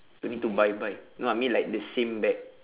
don't need to buy buy no I mean like the same bag